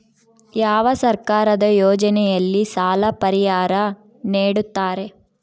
ಯಾವ ಸರ್ಕಾರದ ಯೋಜನೆಯಲ್ಲಿ ಸಾಲ ಪರಿಹಾರ ನೇಡುತ್ತಾರೆ?